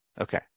Okay